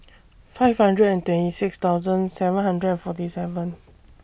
five hundred and twenty six thousand seven hundred forty seven